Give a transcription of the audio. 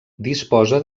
disposa